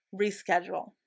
reschedule